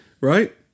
right